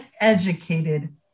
educated